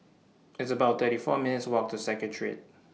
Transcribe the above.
It's about thirty four minutes' Walk to Secretariat